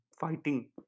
fighting